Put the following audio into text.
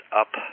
up